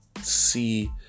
see